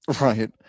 Right